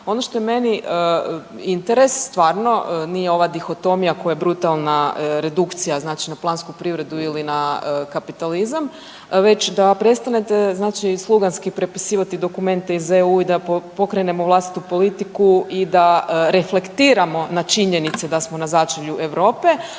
Ono što je meni interes stvarno, nije ova dihotomija koja je brutalna redukcija znači na plansku privredu ili na kapitalizam već da prestanete znači sluganski prepisivati dokumente iz EU i da pokrenemo vlastitu politiku i da reflektiramo na činjenice da smo na začelju Europe